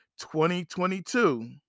2022